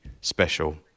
special